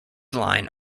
line